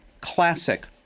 classic